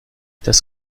das